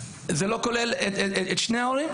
זה לא כולל את שני ההורים?